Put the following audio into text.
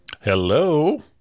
Hello